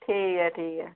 ठीक ऐ ठीक ऐ